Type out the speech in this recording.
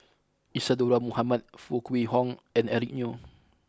Isadhora Mohamed Foo Kwee Horng and Eric Neo